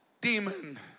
demon